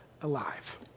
alive